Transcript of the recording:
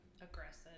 aggressive